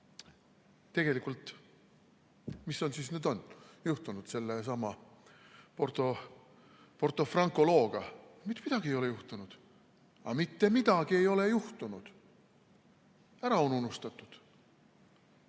tegelikult, mis on siis nüüd juhtunud sellesama Porto Franco looga? Mitte midagi ei ole juhtunud. Mitte midagi ei ole juhtunud! Ära on unustatud.